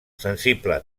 sensible